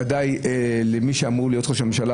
ודאי מי שאמור להיות ראש ממשלה,